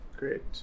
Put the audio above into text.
great